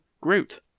Groot